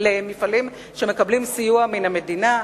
במפעלים שמקבלים סיוע מן המדינה,